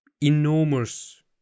enormous